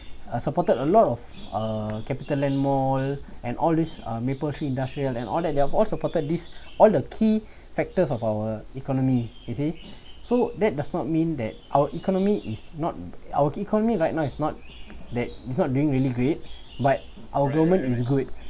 uh supported a lot of uh CapitaLand mall and all these uh Maple Tree Industrial and all that they have all supported this all the key factors of our economy you see so that does not mean that our economy is not our economy right now is not that is not doing really great but our government is good